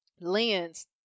lens